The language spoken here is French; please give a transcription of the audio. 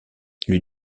lui